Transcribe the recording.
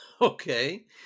Okay